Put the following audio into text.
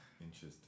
Interesting